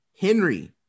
Henry